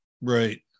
right